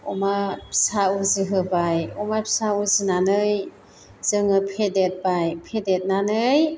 अमा फिसा उजिहोबाय अमा फिसा उजिनानै जोङो फेदेरबाय फेदेरनानै